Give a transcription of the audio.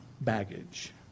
baggage